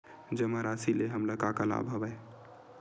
जमा राशि ले हमला का का लाभ हवय?